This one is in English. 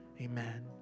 Amen